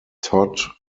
todd